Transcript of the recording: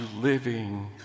living